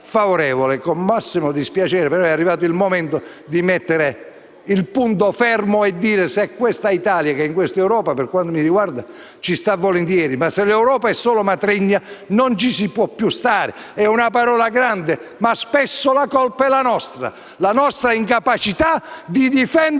il massimo dispiacere. Ma è arrivato il momento di mettere un punto fermo. L'Italia in questa Europa, per quanto mi riguarda, ci sta volentieri, ma se l'Europa è solo matrigna allora non ci si può più stare. So che è una parola grande, ma spesso la colpa è nostra: la nostra incapacità di difendere